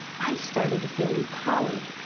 i started to feel empowered.